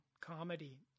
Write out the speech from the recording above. comedy